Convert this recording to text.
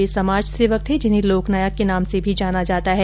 वे समाज सेवक थे जिन्हें लोकनायक के नाम से भी जाना जाता है